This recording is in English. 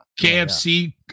KFC